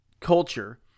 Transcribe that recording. culture